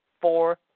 four